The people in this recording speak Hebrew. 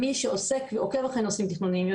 מי שעוקב אחרי נושאים תכנוניים,